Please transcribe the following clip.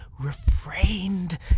refrained